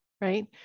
right